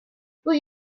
will